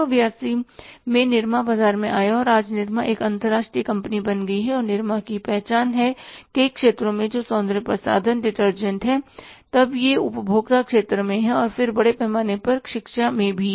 1982 में निरमा बाजार में आया और आज निरमा एक अंतरराष्ट्रीय कंपनी बन गई है और निरमा की पहचान है कई क्षेत्रों में जो सौंदर्य प्रसाधन डिटर्जेंट हैं तब यह उपभोक्ता क्षेत्र में है और फिर अब बड़े पैमाने पर शिक्षा में भी है